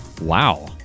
wow